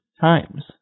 times